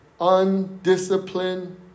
undisciplined